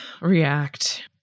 React